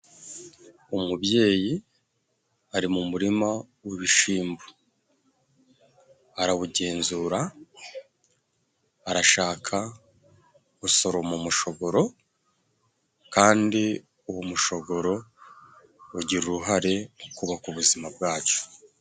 Umubyeyi ari mu murima w'ibishimbo, arawugenzura arashaka gusoroma umushogoro, kandi uwo mushogoro ugira uruhare mu kubaka ubuzima bwacu.